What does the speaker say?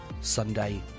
sunday